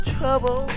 Trouble